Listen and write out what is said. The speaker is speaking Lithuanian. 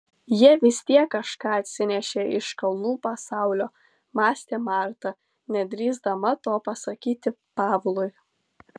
jie vis tiek kažką atsinešė iš kalnų pasaulio mąstė marta nedrįsdama to pasakyti pavlui